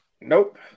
Nope